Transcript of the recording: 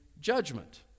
judgment